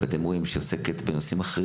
אתם רואים שהיא עוסקת בנושאים נוספת.